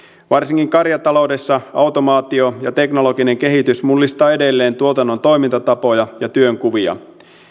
varsinkin karjataloudessa automaatio ja teknologinen kehitys mullistavat edelleen tuotannon toimintatapoja ja työnkuvia